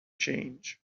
change